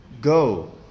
go